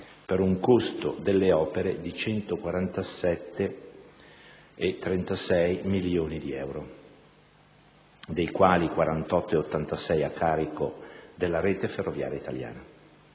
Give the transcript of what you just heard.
per un costo delle opere di 147,36 milioni di euro, dei quali 48,86 a carico della rete ferroviaria italiana.